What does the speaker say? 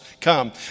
come